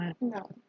No